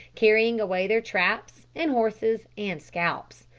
carrying away their traps, and horses, and scalps.